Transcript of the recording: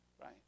right